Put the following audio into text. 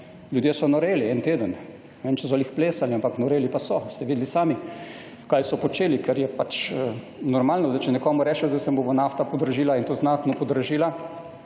Ljudje so noreli, en teden. Ne vem, če so »glih« plesali, ampak noreli pa so. Ste videli sami, kaj so počeli, ker je pač normalno, zdaj če nekomu rečeš, zdaj se bo pa nafta podražila in to znatno podražila,